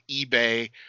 eBay